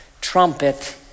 trumpet